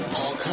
Paul